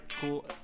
cool